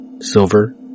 silver